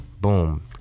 Boom